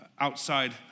outside